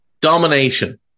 Domination